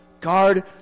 Guard